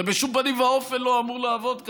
זה בשום פנים ואופן לא אמור לעבוד כך.